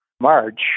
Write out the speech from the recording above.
March